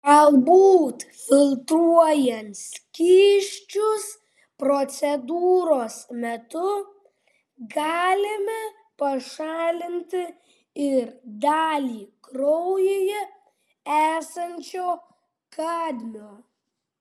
galbūt filtruojant skysčius procedūros metu galime pašalinti ir dalį kraujyje esančio kadmio